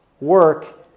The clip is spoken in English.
work